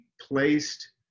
placed